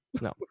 No